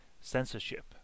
censorship